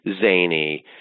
zany